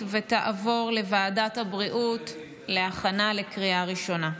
ותעבור לוועדת הבריאות להכנה לקריאה ראשונה.